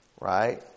right